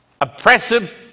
oppressive